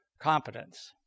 competence